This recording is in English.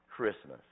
Christmas